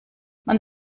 man